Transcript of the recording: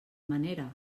manera